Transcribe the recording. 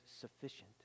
sufficient